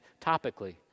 topically